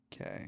Okay